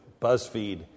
BuzzFeed